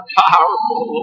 powerful